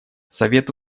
совет